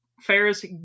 Ferris